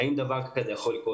האם דבר כזה יכול לקרות?